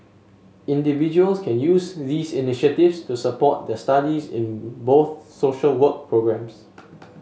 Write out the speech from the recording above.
individuals can use these initiatives to support their studies in both social work programmes